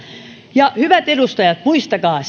hyvät edustajat muistakaa